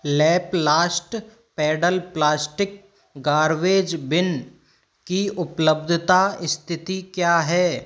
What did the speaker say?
लैपलाष्ट pedal plastic garbage bin की उपलब्धता स्थिति क्या है